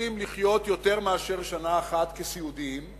מצליחים לחיות יותר מאשר שנה אחת כסיעודיים,